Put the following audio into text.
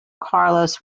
carlos